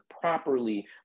properly